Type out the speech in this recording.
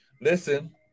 listen